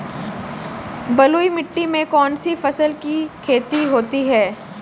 बलुई मिट्टी में कौनसी फसल की खेती होती है?